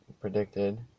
predicted